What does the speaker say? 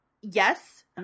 yes